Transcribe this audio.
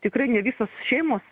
tikrai ne visos šeimos